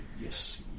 yes